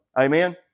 Amen